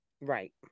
right